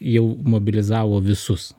jau mobilizavo visus